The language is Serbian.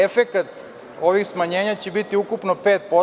Efekat ovih smanjenja će biti ukupno 5%